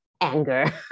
anger